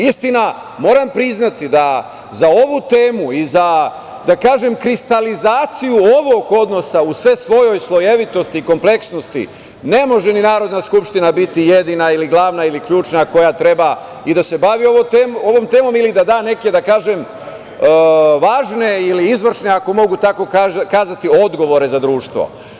Istina, moram priznati da za ovu temu, i za da kažem kristalizaciju, ovog odnosa u sve svojoj slojevitosti, kompleksnosti, ne može ni Narodna skupština biti jedina ili glavna ili ključna, koja treba i da se bavi ovom temom, ili da da neke, da kažem, važne ili izvršne, ako mogu tako kazati, odgovore za društvo.